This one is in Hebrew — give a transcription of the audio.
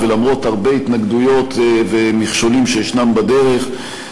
ולמרות הרבה התנגדויות ומכשולים שיש בדרך.